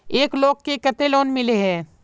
एक लोग को केते लोन मिले है?